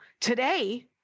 today